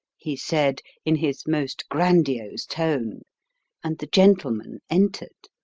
he said in his most grandiose tone and the gentleman entered.